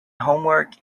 homework